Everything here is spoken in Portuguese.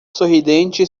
sorridente